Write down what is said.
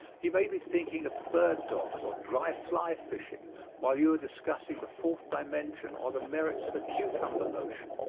he may be thinking of bird dogs or dry fly fishing while you are discussing the fourth dimension, or the merits of a cucumber lotion.